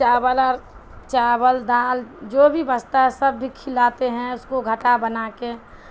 چاول اور چاول دال جو بھی بچتا ہے سب بھی کھلاتے ہیں اس کو گھٹا بنا کے